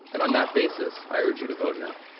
and on that basis i urge you to vote, no.